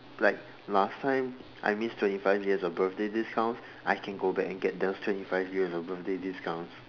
like last time I miss twenty five years of birthday discounts I can go back and get those twenty five years of birthday discounts